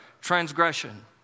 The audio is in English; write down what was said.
Transgression